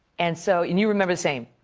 and so and you remember the same,